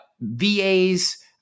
VAs